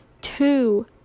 two